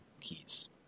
keys